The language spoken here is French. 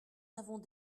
avons